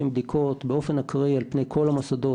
בדיקות באופן אקראי על פני כל המוסדות,